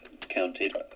counted